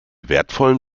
wertvollen